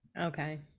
Okay